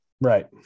Right